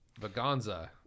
Vaganza